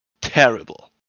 terrible